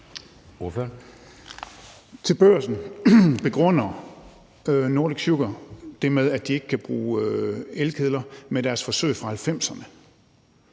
Til Børsen begrunder Nordic Sugar det, at de ikke kan bruge elkedler, med deres forsøg fra 1990'erne.